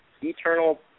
eternal